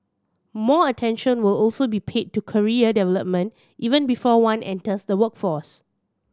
more attention will also be paid to career development even before one enters the workforce